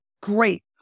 Great